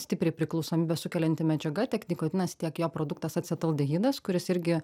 stipriai priklausomybę sukelianti medžiaga tiek nikotinas tiek jo produktas acetaldehidas kuris irgi